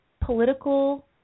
political